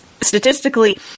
statistically